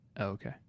Okay